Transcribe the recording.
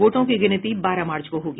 वोटों की गिनती बारह मार्च को होगी